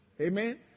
Amen